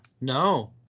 No